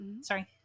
Sorry